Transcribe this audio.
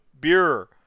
beer